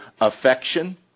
affection